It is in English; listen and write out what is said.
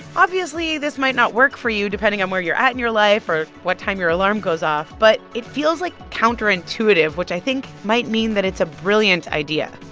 obviously, this might not work for you depending on where you're at in your life or what time your alarm goes off. but it feels, like, counterintuitive, which i think might mean that it's a brilliant idea